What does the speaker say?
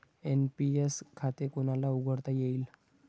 NPS खाते कोणाला उघडता येईल?